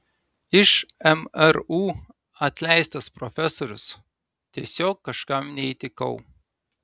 iš mru atleistas profesorius tiesiog kažkam neįtikau